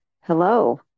Hello